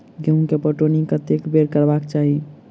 गेंहूँ केँ पटौनी कत्ते बेर करबाक चाहि?